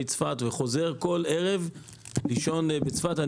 וחוזר בכל ערב לישון בצפת.